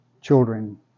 children